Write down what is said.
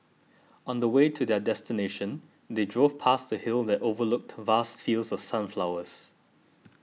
on the way to their destination they drove past a hill that overlooked vast fields of sunflowers